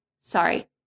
sorry